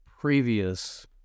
previous